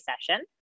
session